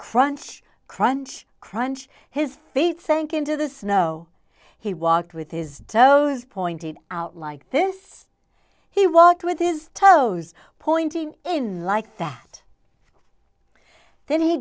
crunch crunch crunch his feet sank into the snow he walked with his toes pointed out like this he walked with his toes pointing in like that then he